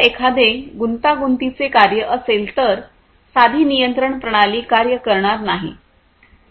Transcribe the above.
जर एखादे गुंतागुंतीचे कार्य असेल तर साधी नियंत्रण प्रणाली कार्य करणार नाही